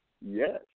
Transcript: Yes